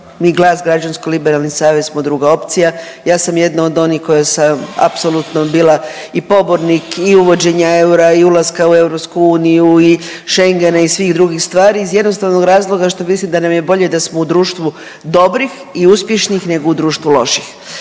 mi GLAS, Građansko liberalni savez smo druga opcija. Ja sam jedna od onih koja sam apsolutno bila i pobornik i uvođenja eura i ulaska u EU i Schengena i svih drugih stvari iz jednostavnog razloga što mislim da nam je bolje da smo u društvu dobrih i uspješnih nego u društvu loših.